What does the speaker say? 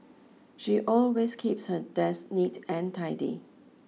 she always keeps her desk neat and tidy